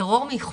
כשיש טרור מבחוץ,